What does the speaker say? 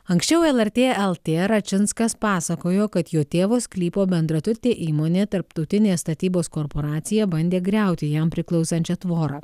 anksčiau lrt lt račinskas pasakojo kad jo tėvo sklypo bendraturtė įmonė tarptautinė statybos korporacija bandė griauti jam priklausančią tvorą